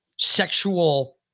sexual